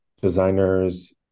designers